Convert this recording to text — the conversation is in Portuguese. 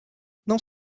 não